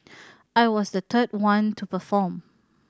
I was the one to perform